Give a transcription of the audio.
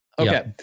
Okay